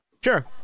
Sure